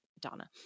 Donna